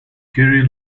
kerry